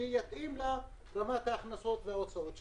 שיתאים לרמת ההכנסות וההוצאות שם.